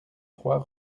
trois